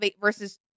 versus